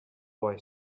boy